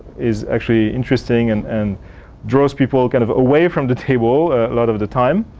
is actually interesting and and draws people kind of away from the table a lot of the time.